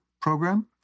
program